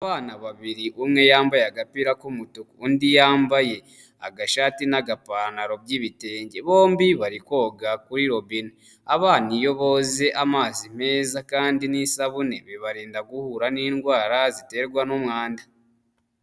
Abana babiri umwe yambaye agapira k'umutuku, undi yambaye agashati n'agapantaro by'ibitenge, bombi bari koga kuri robine, abana iyo boze meza kandi n'isabune, bibarinda guhura n'indwara ziterwa n'umwanda.